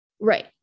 Right